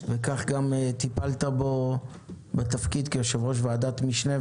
וכך גם טיפלת בו בתפקיד כיושב-ראש ועדת משנה.